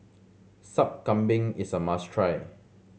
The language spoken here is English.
Sup Kambing is a must try